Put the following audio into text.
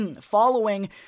following